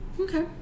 okay